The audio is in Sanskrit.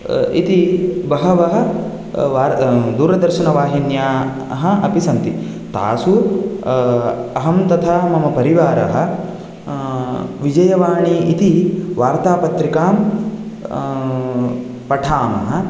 इति बहवः वार् दूरदर्शनवाहिन्याः अपि सन्ति तासु अहं तथा मम परिवारः विजयवाणी इति वार्तापत्रिकां पठामः